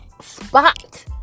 spot